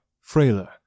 frailer